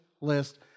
list